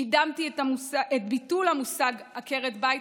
קידמתי את ביטול המושג "עקרת בית",